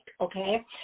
okay